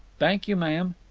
thank you, ma'am.